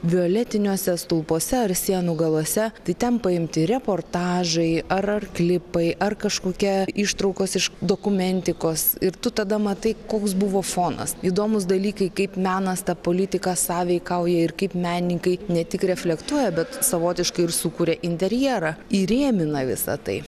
violetiniuose stulpuose ar sienų galuose tai ten paimti reportažai ar ar klipai ar kažkokia ištraukos iš dokumentikos ir tu tada matai koks buvo fonas įdomūs dalykai kaip menas ta politika sąveikauja ir kaip menininkai ne tik reflektuoja bet savotiškai ir sukuria interjerą įrėmina visa tai